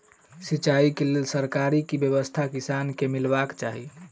सिंचाई केँ लेल सरकारी की व्यवस्था किसान केँ मीलबाक चाहि?